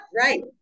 Right